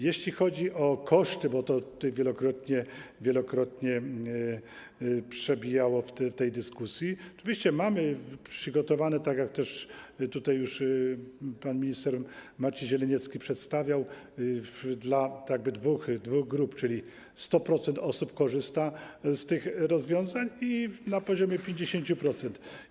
Jeśli chodzi o koszty, bo to wielokrotnie przebijało w tej dyskusji, oczywiście mamy przygotowane, tak jak też tutaj pan minister Marcin Zieleniecki już przedstawiał, dla tak jakby dwóch grup, czyli 100% osób korzysta z tych rozwiązań i na poziomie 50%.